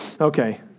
Okay